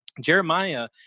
Jeremiah